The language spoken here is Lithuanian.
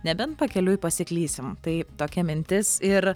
nebent pakeliui pasiklysim taip tokia mintis ir